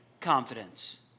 confidence